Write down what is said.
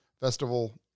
festival